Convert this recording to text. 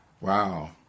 Wow